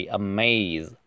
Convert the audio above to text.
amaze